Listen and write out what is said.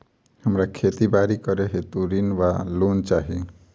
हमरा खेती बाड़ी करै हेतु ऋण वा लोन चाहि?